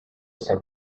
some